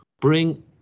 bring